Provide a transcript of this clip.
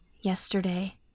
yesterday